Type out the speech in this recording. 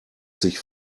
sich